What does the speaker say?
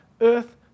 earth